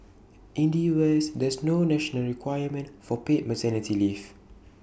in the us there's no national requirement for paid maternity leave